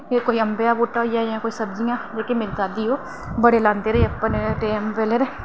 जि'यां कोई अम्बें दा बूह्टा होइया जां सब्जी ओह् जेह्की मेरी दादी बड़े लांदे रेह् अपने टैम पर